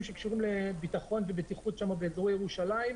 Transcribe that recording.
שקשורים לביטחון ובטיחות באזור ירושלים,